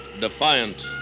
Defiant